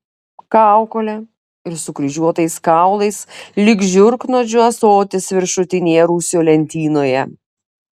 kaukole ir sukryžiuotais kaulais lyg žiurknuodžių ąsotis viršutinėje rūsio lentynoje